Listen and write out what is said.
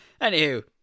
Anywho